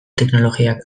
teknologiak